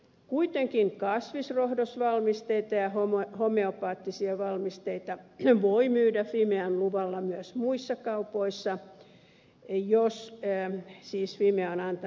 kuitenkin kasvisrohdosvalmisteita ja homeopaattisia valmisteita voi myydä fimean luvalla myös muissa kaupoissa jos siis fimea on antanut niille luvan